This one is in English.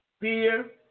fear